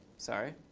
sorry.